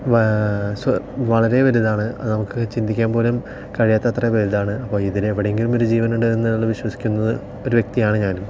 വാ സ്വ വളരെ വലുതാണ് നമുക്ക് ചിന്തിക്കാൻ പോലും കഴിയാത്ത അത്രയും വലുതാണ് അപ്പോൾ ഇതിൽ എവിടെങ്കിലും ഒരു ജീവൻ ഉണ്ടെന്ന് എന്നാണ് വിശ്വസിക്കുന്നത് ഒരു വ്യക്തിയാണ് ഞാൻ